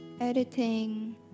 editing